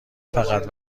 فقط